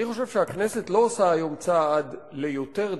אני חושב שהכנסת לא עושה היום צעד ליותר דמוקרטיה,